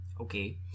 Okay